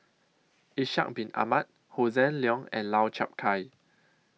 Ishak Bin Ahmad Hossan Leong and Lau Chiap Khai